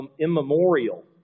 immemorial